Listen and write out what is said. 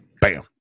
Bam